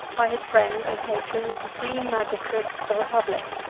by his friend and patron the supreme magistrate of the republic.